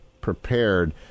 prepared